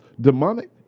demonic